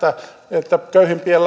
että köyhimpien